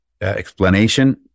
explanation